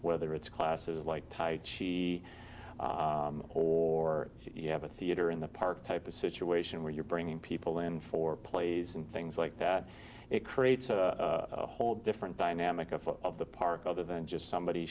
whether it's classes like tight she or you have a theater in the park type of situation where you're bringing people in for plays and things like that it creates a whole different dynamic of of the park other than just somebody